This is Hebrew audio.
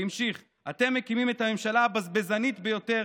והמשיך: אתם "מקימים את הממשלה הבזבזנית ביותר